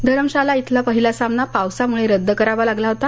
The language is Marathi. धरमशाला इथला पहिला सामना पावसामुळे रद्द करावा लागला होता